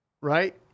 right